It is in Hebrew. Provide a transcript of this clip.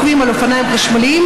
רוכבים על אופניים חשמליים: